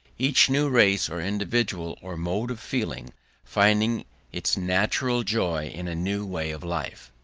each new race or individual or mode of feeling finding its natural joy in a new way of life.